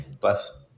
bless